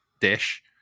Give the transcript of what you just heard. dish